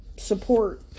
support